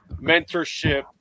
mentorship